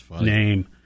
name